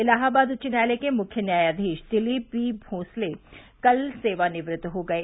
इलाहाबाद उच्च न्यायालय के मुख्य न्यायाधीश दिलीप बी भोसले कल सेवा निवृत्त हो गये